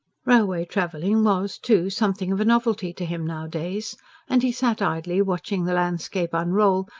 railway-travelling was, too, something of a novelty to him nowadays and he sat idly watching the landscape unroll,